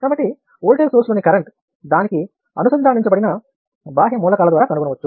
కాబట్టి వోల్టేజ్ సోర్స్లోని కరెంట్ దానికి అనుసంధానించబడిన బాహ్య మూలకాల ద్వారా కనుగొనవచ్చు